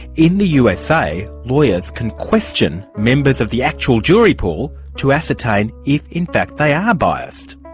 in the usa, lawyers can question members of the actual jury pool to ascertain if in fact they are biased.